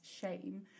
shame